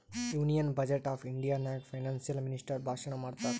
union budget of India ನಾಗ್ financial minister ಭಾಷಣ್ ಮಾಡ್ತಾರ್